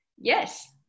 Yes